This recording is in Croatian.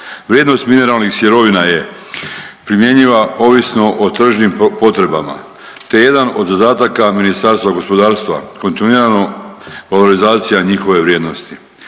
Vrijednost mineralnih sirovina je primjenjiva ovisno o tržnim potrebama, te jedan od zadataka Ministarstva gospodarstva kontinuirano valorizacija njihove vrijednosti.